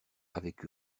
avec